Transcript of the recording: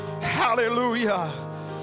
hallelujah